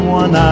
one